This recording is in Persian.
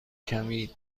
کمی